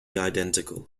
identical